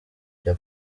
cya